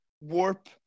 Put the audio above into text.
warp